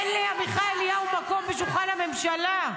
תראה, לעמיחי אליהו אפילו אין מקום בשולחן הממשלה.